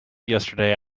yesterday